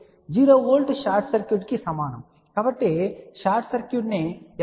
0 volt short circuit కి సమానం మరియు షార్ట్ సర్క్యూట్ ను ఎలక్ట్రిక్ వాల్ ద్వారా సూచించవచ్చు